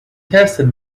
tested